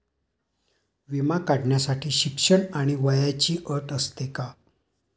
विमा काढण्यासाठी शिक्षण आणि वयाची अट असते का?